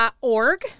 Org